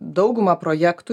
dauguma projektų